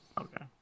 Okay